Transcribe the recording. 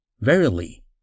Verily